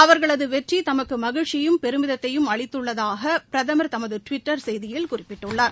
அவர்களது வெற்றி தமக்கு மகிழ்ச்சியையும் பெருமிதத்தையும் அளித்துள்ளதாக பிரதமர் தமது டுவிட்டர் செய்தியில் குறிப்பிட்டுள்ளார்